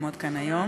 לעמוד כאן היום.